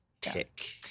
tick